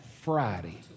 Friday